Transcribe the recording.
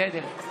בסדר.